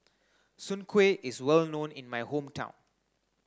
Soon Kuih is well known in my hometown